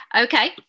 Okay